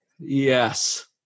Yes